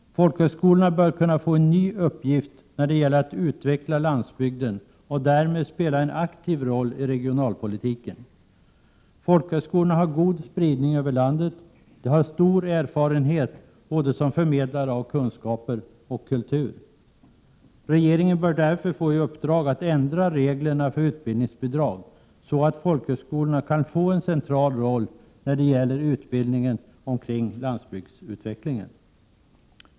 Folkhögskolorna bör kunna få en ny uppgift när det gäller att utveckla landsbygden och därmed spela en aktiv rolli regionalpolitiken. Folkhögskolorna har god spridning över landet. De har stor erfarenhet som förmedlare av både kunskaper och kultur. Regeringen bör därför få i uppdrag att ändra reglerna för utbildningsbidrag så att folkhögskolorna kan få en central roll när det gäller utbildning omkring landsbygdsutvecklingen.